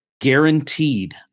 guaranteed